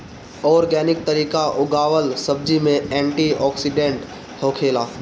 organic तरीका उगावल सब्जी में एंटी ओक्सिडेंट होखेला